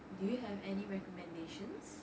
do you have any recommendations